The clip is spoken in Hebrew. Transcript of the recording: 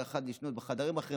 כל אחד יישן בחדר אחר,